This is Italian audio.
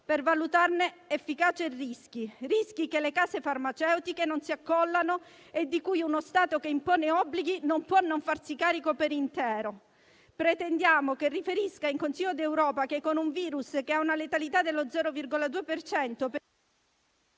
per valutarne efficacia e rischi (rischi che le case farmaceutiche non si accollano e di cui uno Stato che impone obblighi non può non farsi carico per intero). Pretendiamo che riferisca in Consiglio europeo che, con un virus che ha una letalità dello 0,2 per